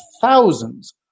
thousands